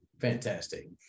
fantastic